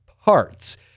parts